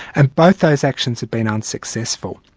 and both those actions have been unsuccessful.